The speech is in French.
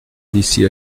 d’ici